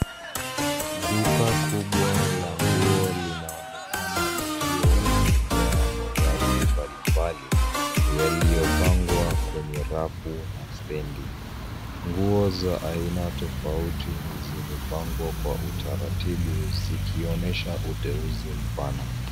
Duka kubwa la nguo linaonekana likuwa limejaa mavazi mbalimbali, yaliyopangwa kwenye rafu na stendi. Nguo za aina tofauti zimepangwa kwa utaratibu zikionyesha uteuzi mpana.